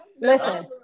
Listen